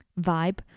vibe